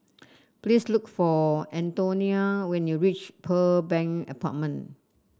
please look for Antonia when you reach Pearl Bank Apartment